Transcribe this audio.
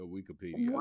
Wikipedia